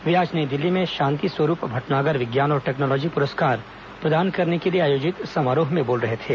वे आज नई दिल्ली में शांति स्वरूप भटनागर विज्ञान और टेक्नोलॉजी पुरस्कार प्रदान करने के लिए आयोजित समारोह में बोल रहे थे